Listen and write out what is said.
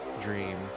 dream